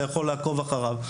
אתה יכול לעקוב אחריו.